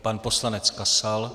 Pan poslanec Kasal.